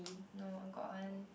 no got one